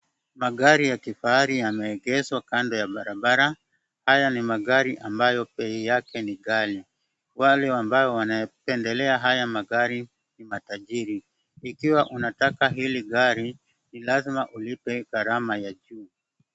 Magari ya kifahari yameegeshwa kando ya barabara haya ni magari ambayo bei yake ni ghali. Wale wambaye wanapendelea haya magari ni matajiri. Ikiwa unataka hili gari ni lazima ulipe gharama ya juu.